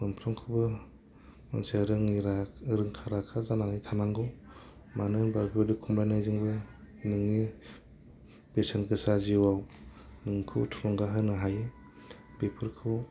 मोनफ्रामखौबो एसे रोंखा राखा जानानै थानांगौ मानो होनोबा गर्व खमायनायजोंबो जोङो नोङो बेसेनगोसा जिउआव नोंखौ थुलुंगा होनो हायो बेफोरखौ